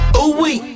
Ooh-wee